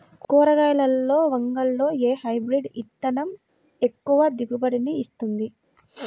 కూరగాయలలో వంగలో ఏ హైబ్రిడ్ విత్తనం ఎక్కువ దిగుబడిని ఇస్తుంది?